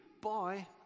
Bye